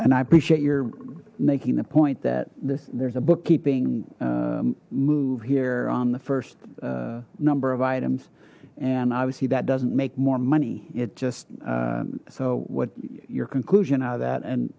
and i appreciate your making the point that this there's a bookkeeping move here on the first number of items and i would see that doesn't make more money it just so what your conclusion out of that and